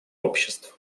обществ